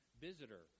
visitor